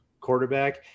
quarterback